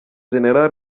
gen